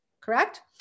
correct